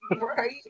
Right